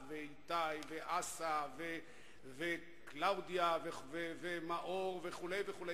ואיתי ואסא וקלאודיה ומאור וכו' וכו',